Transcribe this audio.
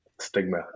stigma